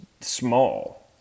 small